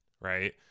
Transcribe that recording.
right